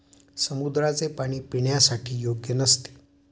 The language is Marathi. समुद्राचे पाणी पिण्यासाठी योग्य नसते